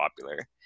popular